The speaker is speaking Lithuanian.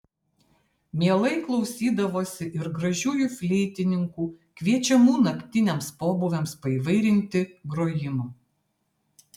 mielai klausydavosi ir gražiųjų fleitininkų kviečiamų naktiniams pobūviams paįvairinti grojimo